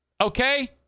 okay